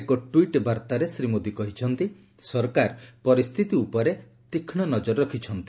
ଏକ ଟ୍ୱିଟ୍ ବାର୍ଭରେ ଶ୍ରୀ ମୋଦୀ କହିଛନ୍ତି ସରକାର ପରିସ୍ତିତି ଉପରେ ତୀକ୍ଷ ନଜର ରଖିଛନ୍ତି